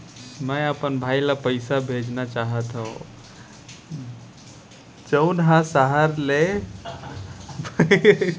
मै अपन भाई ला पइसा भेजना चाहत हव जऊन हा सहर ले बाहिर रहीथे